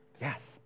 yes